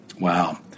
Wow